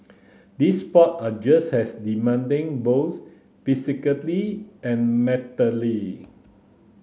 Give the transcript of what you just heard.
these sport are just as demanding both physically and mentally